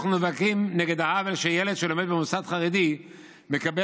אנחנו נאבקים נגד העוול שילד שלומד במוסד חרדי מקבל